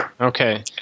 Okay